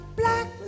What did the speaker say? black